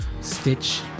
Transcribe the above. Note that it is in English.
Stitch